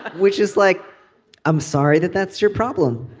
which is like i'm sorry that that's your problem